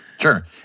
Sure